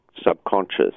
subconscious